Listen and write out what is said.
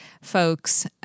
folks